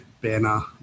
banner